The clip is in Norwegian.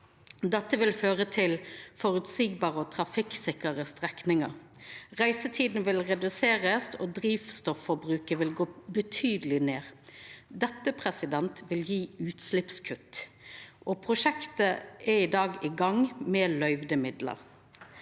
Dette vil føra til føreseielege og trafikksikre strekningar. Reisetida vil bli redusert, og drivstofforbruket vil gå betydeleg ned. Dette vil gje utsleppskutt. Prosjektet er i dag i gang, med løyvde midlar.